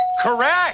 correct